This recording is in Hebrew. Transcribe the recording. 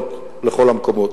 ממשלות לכל המקומות.